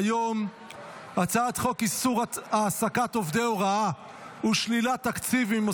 54, נגד, 44, אין נמנעים, אין נוכחים.